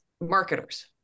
Marketers